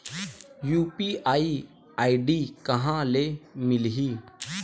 UPI ID कहां ले मिलही?